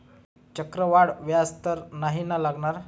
चक्रवाढ व्याज तर नाही ना लागणार?